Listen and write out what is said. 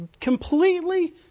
completely